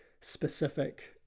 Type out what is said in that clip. specific